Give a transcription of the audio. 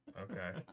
Okay